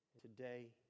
Today